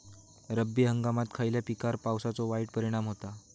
रब्बी हंगामात खयल्या पिकार पावसाचो वाईट परिणाम होता?